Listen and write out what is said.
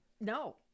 no